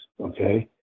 okay